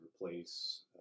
replace